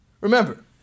remember